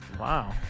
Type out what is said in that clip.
Wow